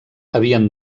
havien